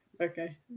Okay